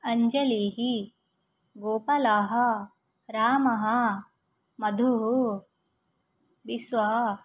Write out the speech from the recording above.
अञ्जलिः गोपालाः रामः मधुः विश्वः